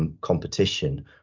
competition